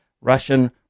Russian